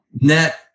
net